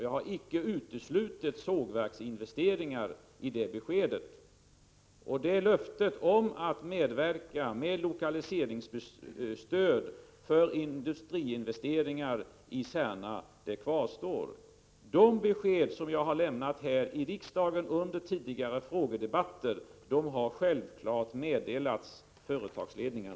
Jag har icke uteslutit sågverksinvesteringar i det beskedet. Löftet om att medverka genom lokaliseringsstöd för industriinvesteringar i Särna kvarstår. De besked som jag har lämnat här i riksdagen under tidigare frågedebatter har självfallet förmedlats till berörda företagsledningar.